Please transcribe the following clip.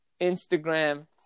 Instagram